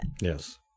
Yes